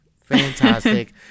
Fantastic